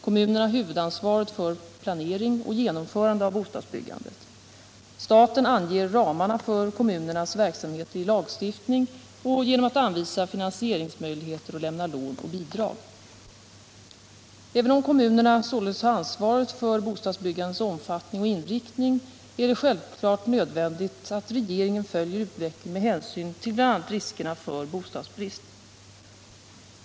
Kommunerna har huvudansvaret för planering och genomförande av bostadsbyggandet. Staten anger ramarna för kommunernas verksamhet i lagstiftning och genom att anvisa finansieringsmöjligheter och lämna lån och bidrag. Även om kommunerna således har ansvaret för bostadsbyggandets omfattning och inriktning är det självklart nödvändigt att regeringen följer utvecklingen med hänsyn till bl.a. riskerna för bostadsbrist.